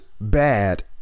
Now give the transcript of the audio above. bad